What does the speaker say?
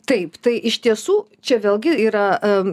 taip tai iš tiesų čia vėlgi yra